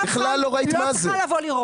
בכלל לא ראית מה זה,